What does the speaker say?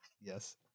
yes